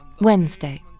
Wednesday